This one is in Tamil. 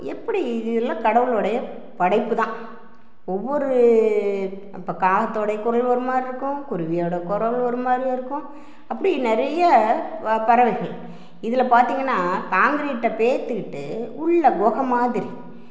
எப்படி இதெல்லாம் கடவுளோடைய படைப்பு தான் ஒவ்வொரு இப்போ இப்போ காகத்தோடைய குரல் ஒருமாதிரி இருக்கும் குருவியோட குரல் ஒருமாரியாக இருக்கும் அப்படி நிறைய ப பறவைகள் இதில் பார்த்திங்கன்னா காங்கிரட்ட பேர்த்துக்குட்டு உள்ள குக மாதிரி